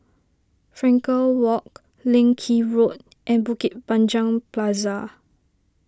Frankel Walk Leng Kee Road and Bukit Panjang Plaza